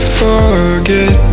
forget